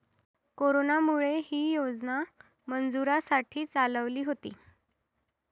कोरोनामुळे, ही योजना मजुरांसाठी चालवली होती